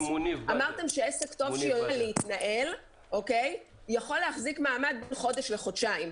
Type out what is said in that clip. אמרתם שעסק טוב שיודע להתנהל יכול להחזיק מעמד בין חודש לחודשיים.